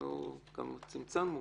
אנחנו צמצמנו.